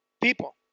People